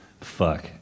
Fuck